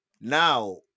Now